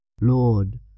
Lord